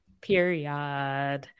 Period